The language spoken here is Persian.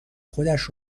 خودش